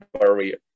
barrier